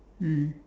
mm